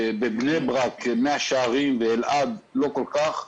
בבני ברק, במאה שערים ובאלעד לא כל כך.